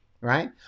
right